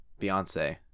Beyonce